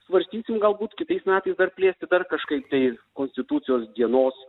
svarstysim galbūt kitais metais dar plėsti dar kažkaip tai konstitucijos dienos